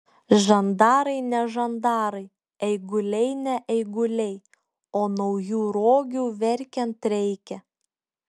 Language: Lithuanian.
žandarai ne žandarai eiguliai ne eiguliai o naujų rogių verkiant reikia